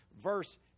verse